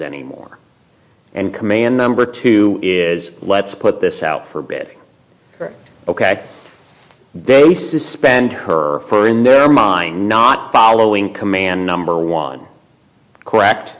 anymore and command number two is let's put this out for a bit ok they suspend her for in their mind not following command number one correct